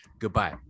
goodbye